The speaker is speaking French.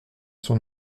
son